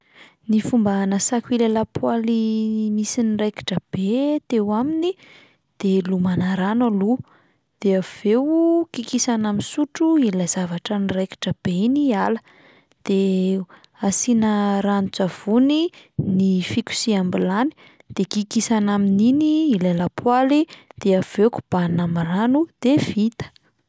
Ny fomba anasako ilay lapoaly misy niraikitra be teo aminy de lomana rano aloha, de avy eo kikisana amin'ny sotro ilay zavatra niraikitra iny hiala, de asiana ranon-tsavony ny fikoseham-bilany de kikisana amin'iny ny lapoaly de avy eo kobanina amin'ny rano de vita.